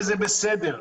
וזה בסדר.